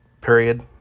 period